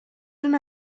una